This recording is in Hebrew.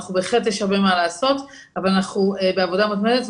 אבל אנחנו בעבודה מתמדת,